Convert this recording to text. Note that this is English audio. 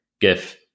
give